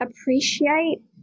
appreciate